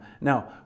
Now